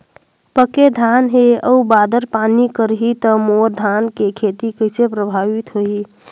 पके धान हे अउ बादर पानी करही त मोर धान के खेती कइसे प्रभावित होही?